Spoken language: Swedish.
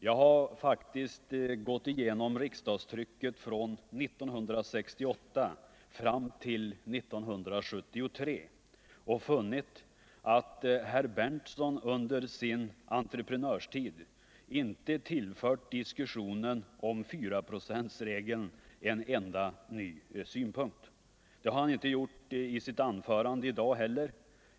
Jag har faktiskt gått igenom riksdagstrycket från 1968 fram till 1973 och funnit att herr Berndtson under sin entreprenörtid inte tillfört diskussionen om 4-procentsregeln en enda ny synpunkt. Det har han inte heller gjort i sitt anförande i dag.